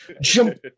jump